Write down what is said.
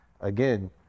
Again